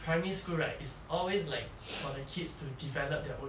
primary school right is always like for the kids to develop their own